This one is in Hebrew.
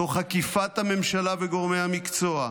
תוך עקיפת הממשלה וגורמי המקצוע,